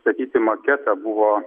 statyti maketą buvo